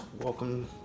welcome